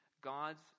God's